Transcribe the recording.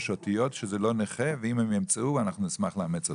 אותיות שזה לא נכה ואם הם ימצאו אנחנו נשמח לאמץ אותה.